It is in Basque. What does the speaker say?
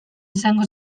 izango